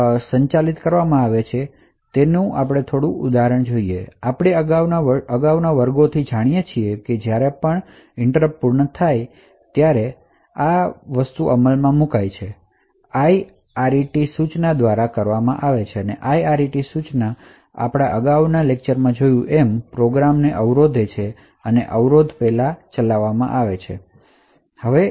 આ ઇન્ટ્રપટને સામાન્ય રીતે સંચાલિત કરવામાં આવે છે તેનાથી અલગ છે કારણ કે આપણે અગાઉના વર્ગોથી જાણીએ છીએ કે જ્યારે પણ ઇન્ટ્રપટ પૂર્ણ થાય છે ત્યારે આ IRET સૂચના કરવામાં આવે છે અને IRET ઇન્સટ્રક્શનશ અગાઉના કોંટેક્સ્ટ અને પ્રોગ્રામને ચલાવવાનું ચાલુ રાખે છે